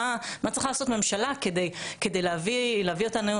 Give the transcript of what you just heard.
מה צריכה לעשות ממשלה כדי להביא אותנו